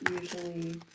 usually